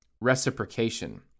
reciprocation